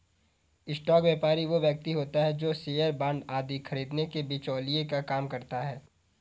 stock व्यापारी वो व्यक्ति होता है जो शेयर बांड आदि खरीदने में बिचौलिए का काम करता है